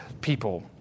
people